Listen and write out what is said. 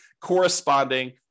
corresponding